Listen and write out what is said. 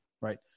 Right